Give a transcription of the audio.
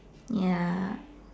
ya